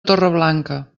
torreblanca